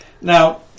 Now